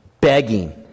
Begging